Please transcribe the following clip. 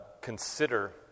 consider